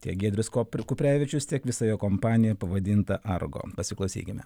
tiek giedrius kopr kuprevičius tiek visa jo kompanija pavadinta argo pasiklausykime